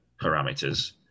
parameters